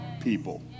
people